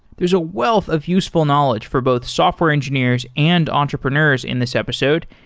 there's a wealth of useful knowledge for both software engineers and entrepreneurs in this episode,